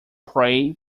pray